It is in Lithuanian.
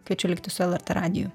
kviečiu likti su lrt radiju